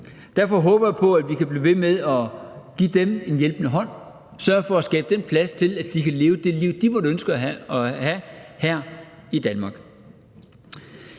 Derfor håber jeg på, at vi kan blive ved med at give dem en hjælpende hånd, sørge for at skabe den plads til, at de kan leve det liv, de måtte ønske at have her i Danmark.